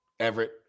Everett